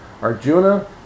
Arjuna